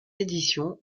édition